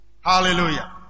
Hallelujah